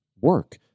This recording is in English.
work